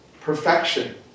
perfection